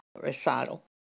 recital